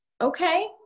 okay